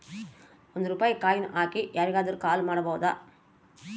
ಒಂದ್ ರೂಪಾಯಿ ಕಾಯಿನ್ ಹಾಕಿ ಯಾರಿಗಾದ್ರೂ ಕಾಲ್ ಮಾಡ್ಬೋದು